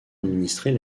administrer